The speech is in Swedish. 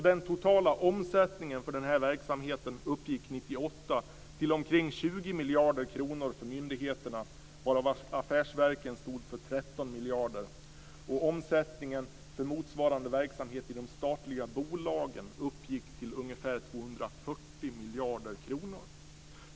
Den totala omsättningen för denna verksamhet uppgick 1998 till omkring 20 miljarder kronor för myndigheterna, varav affärsverken stod för 13 miljarder. Omsättningen för motsvarande verksamhet i de statliga bolagen uppgick till ungefär 240 miljarder kronor.